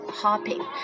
hopping